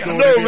no